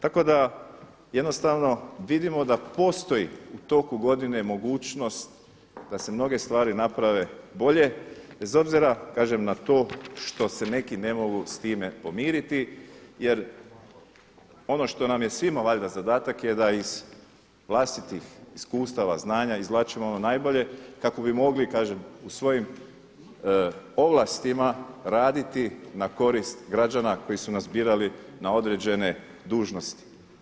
Tako da jednostavno vidimo da postoji u toku godine mogućnost da se mnoge stvari naprave bolje bez obzira kažem na to što se neki ne mogu s time pomiriti jer ono što nam je svima valjda zadatak je da iz vlastitih iskustava, znanja izvlačimo ono najbolje kako bi mogli kažem u svojim ovlastima raditi na korist građana koji su nas birali na određene dužnosti.